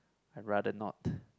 I rather not